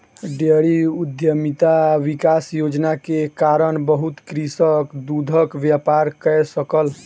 dairy उद्यमिता विकास योजना के कारण बहुत कृषक दूधक व्यापार कय सकल